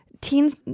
Teens